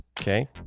Okay